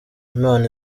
imana